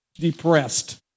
depressed